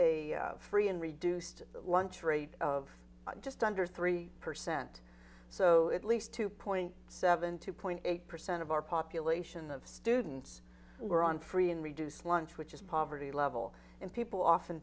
had a free and reduced lunch rate of just under three percent so at least two point seven two point eight percent of our population of students were on free and reduced lunch which is poverty level and people often